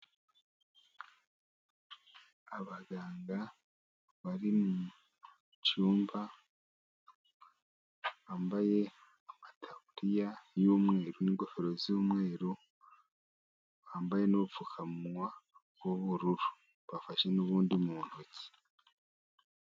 Abaganga bari mu cyumba bambaye amataburiya y'umweru n'ingofero z'umweru, bambaye n'ubupfukamunwa bw'ubururu. Bafashe n'ubundi mu ntoki.